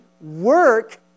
work